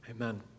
Amen